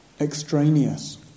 extraneous